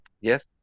Yes